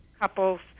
couples